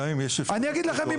אני אגיד לכם,